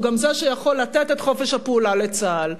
גם זה שיכול לתת את חופש הפעולה לצה"ל.